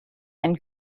einen